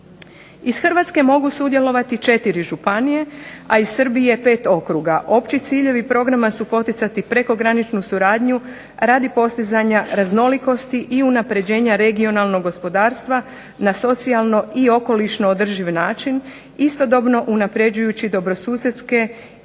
Iz Hrvatske mogu sudjelovati četiri županije, a iz Srbije 5 okruga. Opći ciljevi programa su poticati prekograničnu suradnju radi postizanja raznolikosti i unapređenja regionalnog gospodarstva na socijalno i okolišno održiv način, istodobno unapređujući dobrosusjedske i